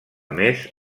més